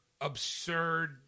absurd